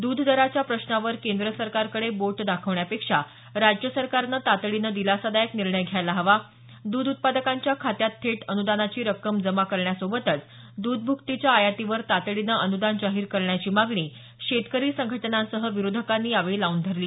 दूधदराच्या प्रश्नावर केंद्र सरकारकडे बोट दाखवण्यापेक्षा राज्य सरकारनं तातडीनं दिलासादायक निर्णय घ्यायला हवा दध उत्पादकांच्या खात्यात थेट अनुदानाची रक्कम जमा करण्यासोबतच द्ध भ्कटीच्या आयातीवर तातडीने अनुदान जाहीर करण्याची मागणी शेतकरी संघटनांसह विरोधकांनी यावेळी लावून धरली